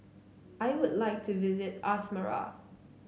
I would like to visit Asmara